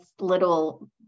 little